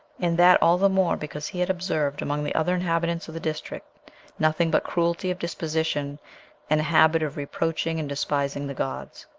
and that all the more because he had observed among the other inhabitants of the district nothing but cruelty of disposition and a habit of reproaching and despising the gods.